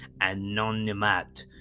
Anonymat